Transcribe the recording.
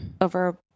over